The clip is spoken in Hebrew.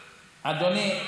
אדוני,